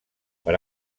per